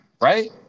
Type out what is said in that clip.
right